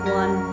one